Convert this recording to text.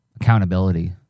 accountability